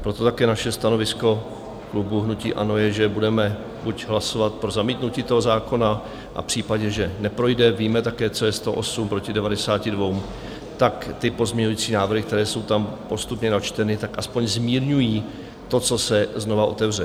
Proto také naše stanovisko klubu hnutí ANO je, že budeme buď hlasovat pro zamítnutí toho zákona, a v případě, že neprojde víme také, co je 108 proti 92 tak ty pozměňovací návrhy, které jsou tam postupně načteny, tak aspoň zmírňují to, co se znova otevře.